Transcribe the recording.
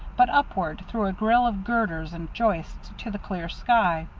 but upward through a grill of girders and joists to the clear sky.